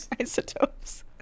isotopes